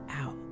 out